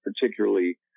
particularly